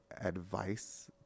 advice